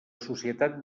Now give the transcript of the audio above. societat